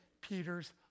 Peter's